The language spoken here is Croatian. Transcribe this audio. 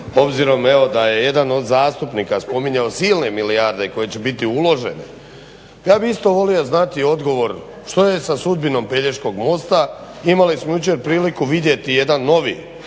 obzirom da je jedan od zastupnika spominjao silne milijarde koje će biti uložene, ja bih isto volio znati odgovor što je sa sudbinom Pelješkog mosta. Imali smo jučer priliku vidjeti jedan novi